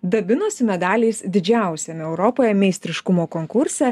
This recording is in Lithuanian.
dabinosi medaliais didžiausiame europoje meistriškumo konkurse